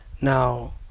Now